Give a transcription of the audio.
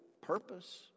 purpose